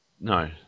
No